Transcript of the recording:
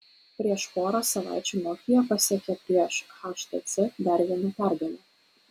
prieš porą savaičių nokia pasiekė prieš htc dar vieną pergalę